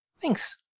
thanks